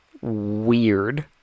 Weird